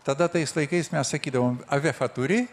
tada tais laikais mes sakydavom a vefą turi